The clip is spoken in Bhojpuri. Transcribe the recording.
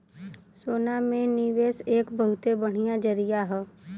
सोना में निवेस एक बहुते बढ़िया जरीया हौ